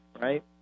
right